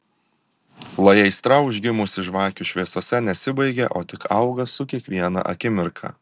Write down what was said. lai aistra užgimusi žvakių šviesose nesibaigia o tik auga su kiekviena akimirka